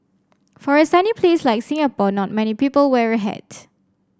for a sunny place like Singapore not many people wear a hat